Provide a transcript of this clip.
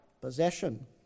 possession